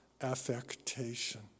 affectation